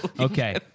Okay